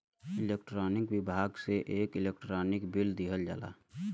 electronic विभाग से एक इलेक्ट्रानिक बिल दिहल जाला